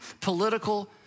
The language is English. political